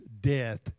death